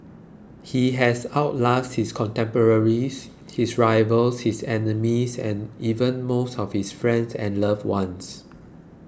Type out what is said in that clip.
he has out lasted his contemporaries his rivals his enemies and even most of his friends and loved ones